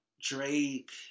Drake